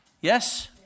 Yes